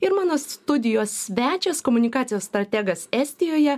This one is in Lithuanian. ir mano studijos svečias komunikacijos strategas estijoje